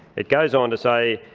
it goes on to say,